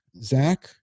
Zach